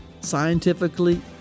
scientifically